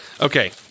Okay